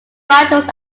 battles